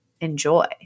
enjoy